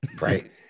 Right